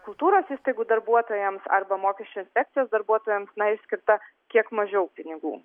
kultūros įstaigų darbuotojams arba mokesčių inspekcijos darbuotojams na išskirta kiek mažiau pinigų